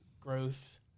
growth